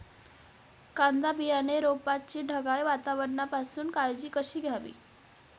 कांदा बियाणे रोपाची ढगाळ वातावरणापासून काळजी कशी घ्यावी?